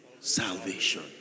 salvation